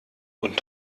und